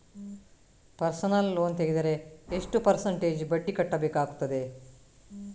Personal loan ತೆಗೆದರೆ ಎಷ್ಟು percentage ಬಡ್ಡಿ ಕಟ್ಟಬೇಕಾಗುತ್ತದೆ?